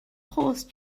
horse